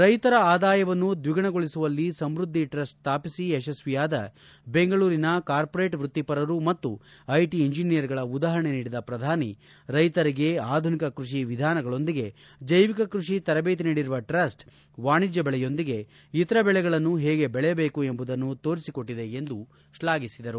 ರೈತರ ಆದಾಯವನ್ನು ದ್ವಿಗುಣಗೊಳಿಸುವಲ್ಲಿ ಸಮೃದ್ಧಿ ಟ್ರಸ್ಟ್ ಸ್ಥಾಪಿಸಿ ಯಶಸ್ವಿಯಾದ ಬೆಂಗಳೂರಿನ ಕಾರ್ಪೊರೇಟ್ ವೃತ್ತಿಪರರು ಮತ್ತು ಐಟ ಇಂಜಿನಿಯರ್ಗಳ ಉದಾಹರಣೆ ನೀಡಿದ ಪ್ರಧಾನಿ ರೈತರಿಗೆ ಆಧುನಿಕ ಕೃಷಿ ವಿಧಾನಗಳೊಂದಿಗೆ ಜೈವಿಕ ಕೃಷಿ ತರಬೇತಿ ನೀಡಿರುವ ಟ್ರಸ್ಟ್ ವಾಣಿದ್ಯ ಬೆಳೆಯೊಂದಿಗೆ ಇತರೆ ಬೆಳೆಗಳನ್ನು ಹೇಗೆ ಬೆಳೆಯಬೇಕು ಎಂಬುದನ್ನು ತೋರಿಸಿಕೊಟ್ಟದೆ ಎಂದು ಶ್ಲಾಘಿಸಿದರು